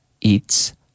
eats